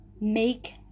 make